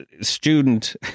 student